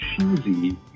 cheesy